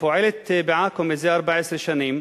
שפועלת בעכו מזה 14 שנים,